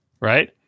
right